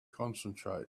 concentrate